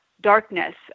darkness